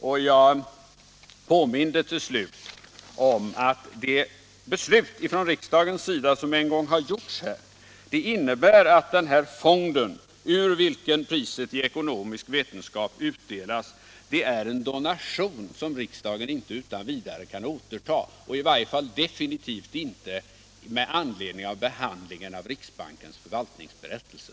Jag påminde till slut om att de beslut som en gång tagits i riksdagen innebär att den fond ur vilken priset i ekonomisk vetenskap utdelas är en donation som riksdagen inte utan vidare kan återta — och i varje fall definitivt inte med anledning av behandlingen av riksbankens förvaltningsberättelse.